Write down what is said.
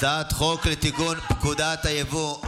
הצעת חוק לתיקון פקודת היבוא,